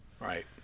Right